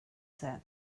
said